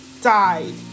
died